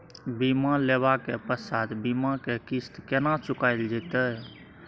बीमा लेबा के पश्चात बीमा के किस्त केना चुकायल जेतै?